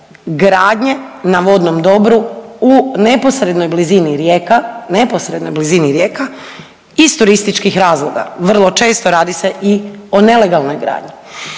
rijeka, neposrednoj blizini rijeka iz turističkih razloga. Vrlo često radi se i o nelegalnoj gradnji.